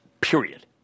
period